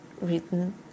written